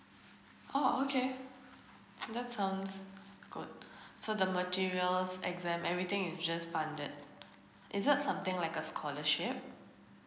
oh okay that sounds good so the materials exam everything is just funded is that something like a scholarship